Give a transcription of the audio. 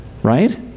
Right